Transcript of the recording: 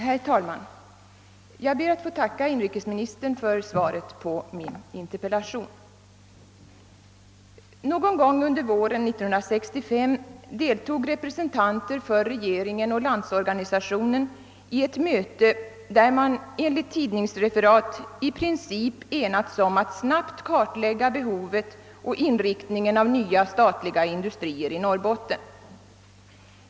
Herr talman! Jag ber att få tacka inrikesministern för svaret på min interpellation. Någon gång under våren 1965 deltog representanter för regeringen och LO i ett möte där man, enligt tidningsreferat, i princip enades om att snabbt kartlägga behovet och inriktningen av nya statliga industrier i Norrbotten.